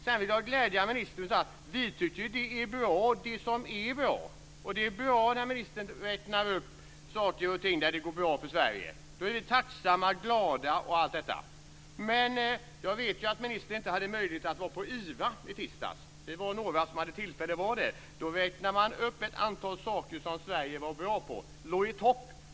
Sedan vill jag glädja ministern genom att säga att vi tycker att det som är bra är bra. Och det är bra när ministern räknar upp saker och ting där det går bra för Sverige. Då är vi tacksamma, glada, osv. Jag vet att ministern inte hade möjlighet att vara med på IVA i tisdags. Vi var några som hade tillfälle att vara det. Där räknade man upp ett antal saker som Sverige var bra på och där man låg i topp.